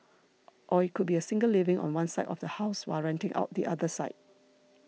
or it could be a single living on one side of the house while renting out the other side